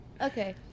Okay